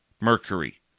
Mercury